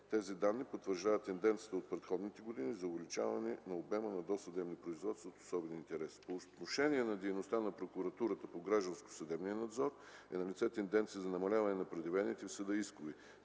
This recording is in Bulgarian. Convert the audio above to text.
Тези данни потвърждават тенденцията от предходните години за увеличаване на обема досъдебни производства от особен интерес. По отношение дейността на Прокуратурата по гражданско-съдебния надзор е налице тенденция за намаляване на предявените в съда искове